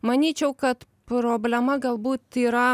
manyčiau kad problema galbūt yra